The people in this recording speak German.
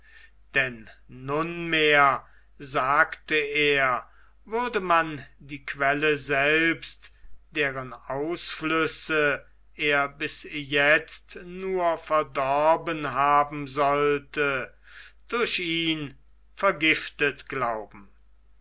denn nunmehr sagte er würde man die quelle selbst deren ausflüsse er bis jetzt nur verdorben haben sollte durch ihn vergiftet glauben